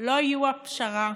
לא יהיו הפשרה,